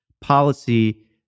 policy